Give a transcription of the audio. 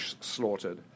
slaughtered